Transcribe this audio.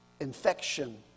infection